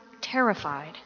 terrified